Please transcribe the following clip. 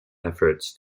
efforts